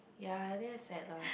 ya and then sad lah